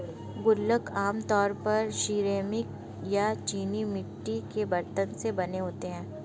गुल्लक आमतौर पर सिरेमिक या चीनी मिट्टी के बरतन से बने होते हैं